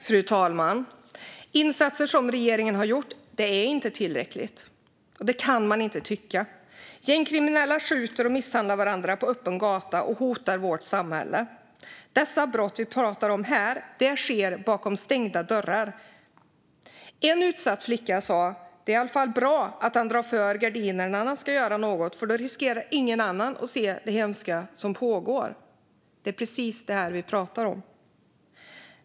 Fru talman! De insatser som regeringen har gjort är inte tillräckliga; det kan man inte tycka. Gängkriminella skjuter och misshandlar varandra på öppen gata och hotar vårt samhälle. De brott som vi pratar om här sker bakom stängda dörrar. En utsatt flicka sa: Det är i alla fall bra att han drar för gardinerna när han ska göra något, för då riskerar ingen annan att se det hemska som pågår. Det är precis detta som vi pratar om.